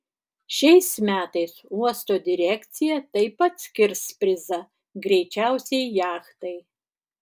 šiais metais uosto direkcija taip pat skirs prizą greičiausiai jachtai